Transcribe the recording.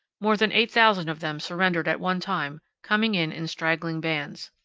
more than eight thousand of them surrendered at one time, coming in in straggling bands.